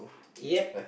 yup